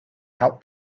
help